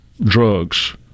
drugs